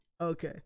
Okay